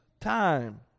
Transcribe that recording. time